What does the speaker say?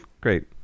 Great